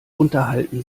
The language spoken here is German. unterhalten